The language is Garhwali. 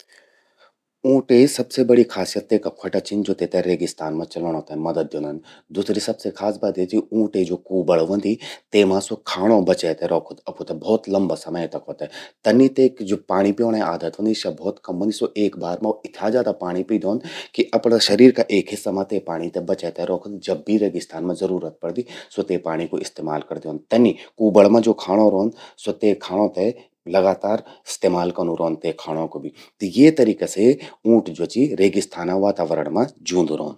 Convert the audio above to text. ऊंटे सबसे बड़ी खासियत तेका ख्वोटा छिन, ज्वो तेते रेगिस्तान मां चलणों ते मदद द्योंदन। दूसरी सबसे खास बात या चि कि ऊंटे ज्वो कूबड़ व्होंदि, तेमा स्वो खाणों बचै ते रौखद अफू ते भौत लंबा समय तको ते। तन्नी तेकि जो पाणी प्योंणें आदत व्हंदि स्या भौत कम व्हंदि। स्वो एक बार मां इथ्या ज्यादा पाणि पी द्योंद कि अपणां शरीर का एक हिस्सा मां ते पाणि ते बचै ते रौखद, जब भी रेगिस्तान मां जरूरत व्होंदि, स्वो ते पाणि कू इस्तेमाल करि द्योंद। तनि कूबड़ मां ज्वो खाणों रौंद, स्वो ते खाणों ते लगातार इस्तेमाल कनू रौंद ते खाणों कू भी। त ये तरीका से ऊंट ज्वो चि रेगिस्ताना वातावरण मां ज्यूंदू रौंद।